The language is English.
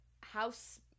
house